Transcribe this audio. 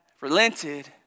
relented